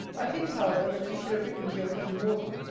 i think, however, that you should have written to your cousin morden,